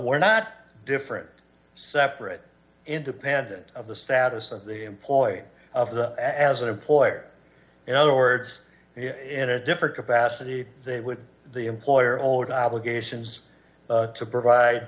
were not different separate independent of the status of the employ of the as an employer in other words in a different capacity they would the employer old obligations to provide